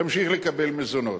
תמשיך לקבל מזונות.